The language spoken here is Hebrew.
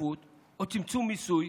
השתתפות או צמצום מיסוי